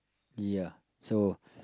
ya so